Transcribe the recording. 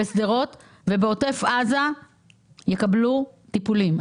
בשדרות ובעוטף עזה יקבלו טיפולים.